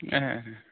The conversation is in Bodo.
एह